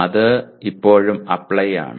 അത് ഇപ്പോഴും അപ്ലൈ ആണ്